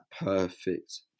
perfect